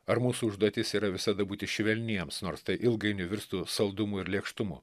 ar mūsų užduotis yra visada būti švelniems nors tai ilgainiui virstų saldumu ir lėkštumu